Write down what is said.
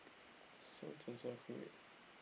so to